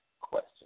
question